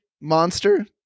monster